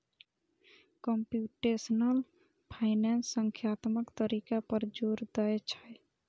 computational finance संख्यात्मक तरीका पर जोर दै छै